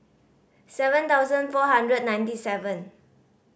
seven thousand four hundred ninety seven